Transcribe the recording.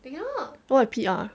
look at P_R